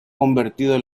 convertido